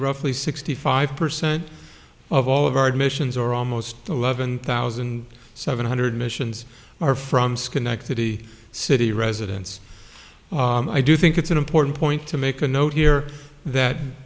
roughly sixty five percent of all of our admissions are almost eleven thousand seven hundred missions are from schenectady city residents i do think it's an important point to make a note here that